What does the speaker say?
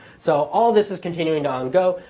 so all this is continuing to on go.